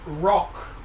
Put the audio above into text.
rock